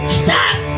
stop